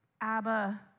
Abba